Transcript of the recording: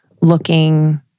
looking